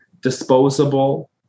disposable